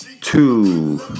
Two